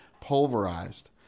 pulverized